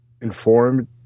informed